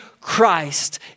Christ